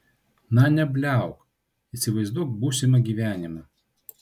na nebliauk įsivaizduok būsimą gyvenimą